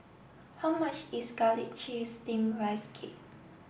how much is Garlic Chives Steamed Rice Cake